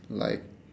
like